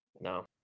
No